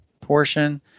portion